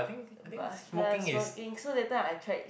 but okay lah smoking so that time I tried